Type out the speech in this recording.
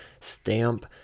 stamp